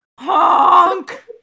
HONK